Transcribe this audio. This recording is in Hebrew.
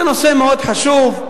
זה נושא מאוד חשוב.